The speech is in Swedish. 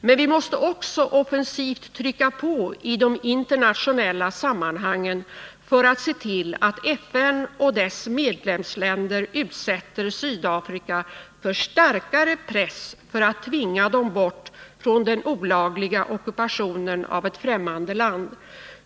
Men vi måste också offensivt trycka på i de internationella sammanhangen för att se till att FN och dess medlemsländer utsätter Sydafrika för starkare press för att tvinga det bort från den olagliga ockupationen av ett fträmmande land.